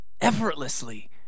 Effortlessly